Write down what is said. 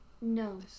No